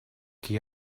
qui